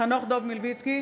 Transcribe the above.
חנוך דב מלביצקי,